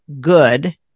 good